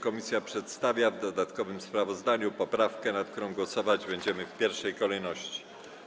Komisja przedstawia w dodatkowym sprawozdaniu poprawkę, nad którą głosować będziemy w pierwszej kolejności.